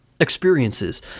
experiences